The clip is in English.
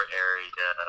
area